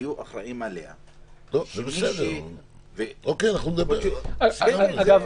תהיו אחראים עליה --- אוקיי, נדבר על זה.